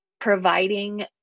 providing